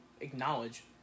acknowledge